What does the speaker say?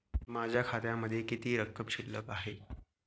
माझ्या खात्यामध्ये किती रक्कम शिल्लक आहे?